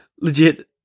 Legit